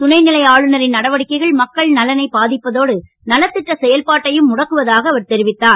துணைநிலை ஆளுனரின் நடவடிக்கைகள் மக்கள் நலனை பாதிப்பதோடு நலத்திட்ட செயல்பாட்டையும் முடக்குவதாக அவர் தெரிவித்தார்